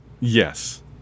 Yes